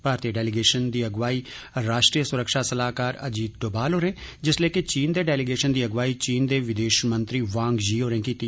भारतीय डेलीगेषन दी अगुवाई राश्ट्रीय सुरक्षा सलाहकार अजीत डोभाल होरें जिसलै कि चीन दे डेलीगेषन दी अगुवाई चीन दे विदेष मंत्री वांग यी होरें कीती